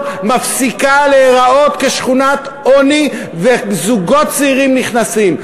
מפסיקה להיראות כשכונת עוני וזוגות צעירים נכנסים.